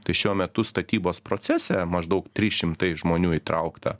tai šiuo metu statybos procese maždaug trys šimtai žmonių įtraukta